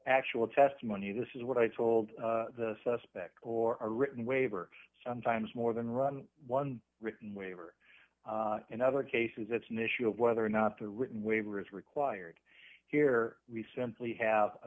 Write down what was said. actual testimony this is what i told the suspect or a written waiver sometimes more than run one written waiver in other cases it's an issue of whether or not the written waiver is required here we simply have a